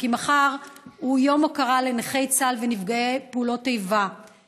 מחר הוא יום הוקרה לנכי צה"ל ולנפגעי פעולות איבה,